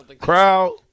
Crowd